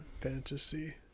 fantasy